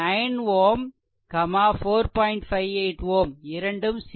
58 Ω இரண்டும் சீரிஸ்